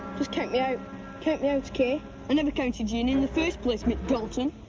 just count me out. count me out, okay? i never counted you in in the first place, mick dalton.